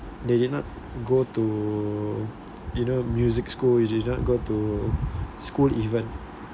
they did not go to to you know music school which is not go to to school even